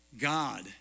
God